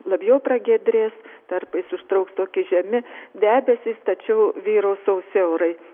labiau pragiedrės tarpais užtrauks tokie žemi debesys tačiau vyraus sausi orai